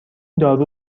دارو